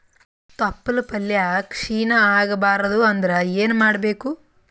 ತೊಪ್ಲಪಲ್ಯ ಕ್ಷೀಣ ಆಗಬಾರದು ಅಂದ್ರ ಏನ ಮಾಡಬೇಕು?